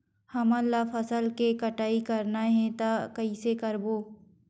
हमन ला फसल के कटाई करना हे त कइसे करबो?